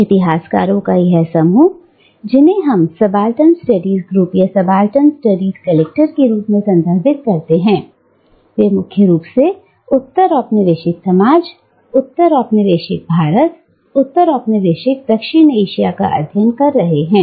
इतिहासकारों का यह समूह जिन्हें हम सबाल्टर्न स्टडीज ग्रुप या सबाल्टर्न स्टडीज कलेक्टर के रूप में संदर्भित करते हैं वे मुख्य रूप से उत्तर औपनिवेशिक समाज उत्तर औपनिवेशिक भारत उत्तर औपनिवेशिक दक्षिण एशिया का अध्ययन कर रहे थे